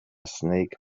snake